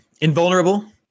invulnerable